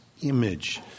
image